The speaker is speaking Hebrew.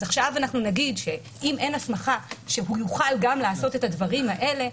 אז עכשיו אנחנו נגיד שאם אין הסמכה שהוא יוכל גם לעשות את הדברים האלה?